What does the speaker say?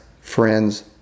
friends